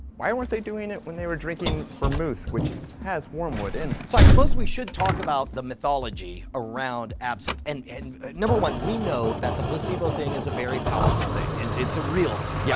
why weren't they doing it when they were drinking vermouth which has wormwood in it? so, i suppose we should talk about the mythology around absinthe and and number one, we know that the placebo thing is a very powerful thing and it's a real thing, right? yeah.